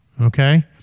Okay